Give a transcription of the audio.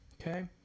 okay